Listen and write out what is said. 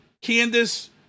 Candace